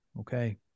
Okay